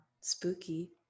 Spooky